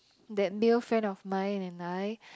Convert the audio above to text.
that male friend of mine and I